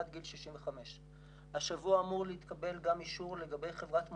עד גיל 65. השבוע אמור להתקבל גם אישור לגבי חברת מודרנה,